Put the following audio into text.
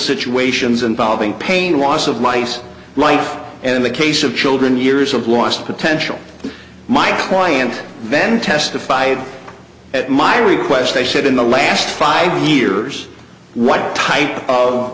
situations involving pain was of mice life and in the case of children years of lost potential my client then testified at my request they said in the last five years what type